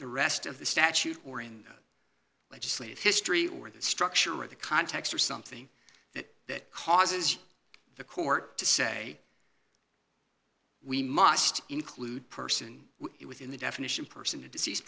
the rest of the statute or in legislative history or the structure of the context or something that that causes the court to say we must include person within the definition person the decease